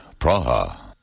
Praha